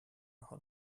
حال